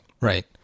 Right